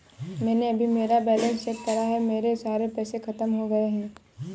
मैंने अभी मेरा बैलन्स चेक करा है, मेरे सारे पैसे खत्म हो गए हैं